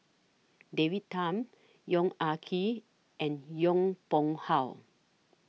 David Tham Yong Ah Kee and Yong Pung How